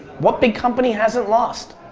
what big company hasn't lost?